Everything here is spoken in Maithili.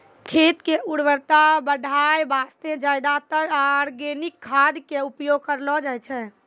खेत के उर्वरता बढाय वास्तॅ ज्यादातर आर्गेनिक खाद के उपयोग करलो जाय छै